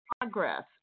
progress